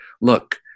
look